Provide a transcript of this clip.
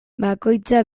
bakoitza